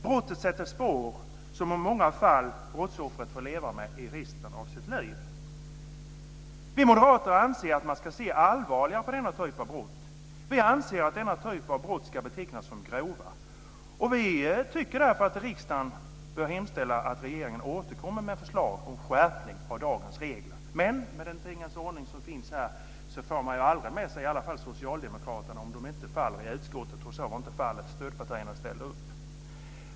Brottet sätter spår som brottsoffret i många fall får leva med resten av sitt liv. Vi moderater anser att man ska se allvarligare på denna typ av brott. Vi anser att denna typ av brott ska betecknas som grov. Vi tycker därför att riksdagen bör hemställa att regeringen återkommer med förslag om skärpning av dagens regler. Men med den tingens ordning som finns här får man aldrig med sig socialdemokraterna om de inte faller i utskottet, och så var inte fallet. Stödpartierna ställde upp.